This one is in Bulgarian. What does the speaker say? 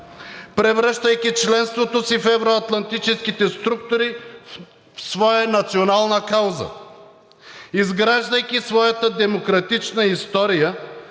превръщайки членството в евро-атлантическите структури в своя национална кауза. Изграждайки своята демократична история,